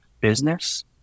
business